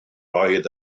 oedd